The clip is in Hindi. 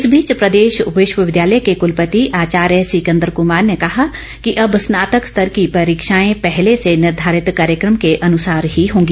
इस बीच प्रदेश विश्वविद्यालय के कुलपति आचार्य सिकंदर कुमार ने कहा कि अब स्नातक स्तर की परीक्षाएं पहले से निर्धारित कार्यक्रम के अनुसार ही होंगी